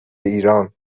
ایران